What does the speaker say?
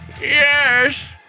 Yes